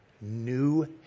new